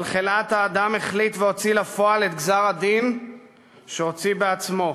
אבל חלאת האדם החליט והוציא לפועל את גזר-הדין שהוציא בעצמו.